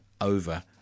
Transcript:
over